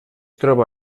troba